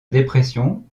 dépression